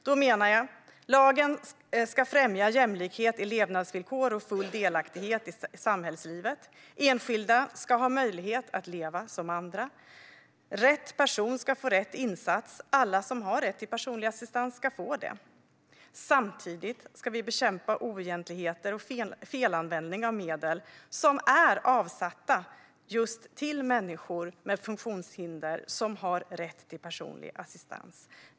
Då menar jag att lagen ska främja jämlikhet i levnadsvillkor och full delaktighet i samhällslivet. Enskilda ska ha möjlighet att leva som andra. Rätt person ska få rätt insats. Alla som har rätt till personlig assistans ska få det. Samtidigt ska vi bekämpa oegentligheter och felanvändning av medel som är avsatta just till människor med funktionshinder som har rätt till personlig assistans.